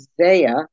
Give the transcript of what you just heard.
Isaiah